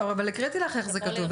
אבל הקראתי לך איך זה כתוב,